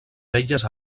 belles